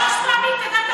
אבל שכר המינימום התעדכן.